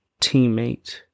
teammate